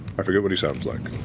i forget what he sounds like.